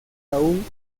aún